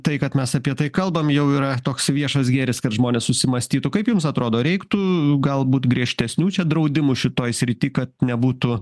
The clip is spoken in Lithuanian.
tai kad mes apie tai kalbam jau yra toks viešas gėris kad žmonės susimąstytų kaip jums atrodo ar reiktų galbūt griežtesnių čia draudimų šitoj srity kad nebūtų